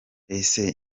ese